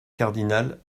cardinal